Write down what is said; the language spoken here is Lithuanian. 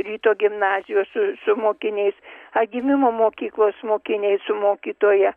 ryto gimnazijos su su mokiniais atgimimo mokyklos mokiniai su mokytoja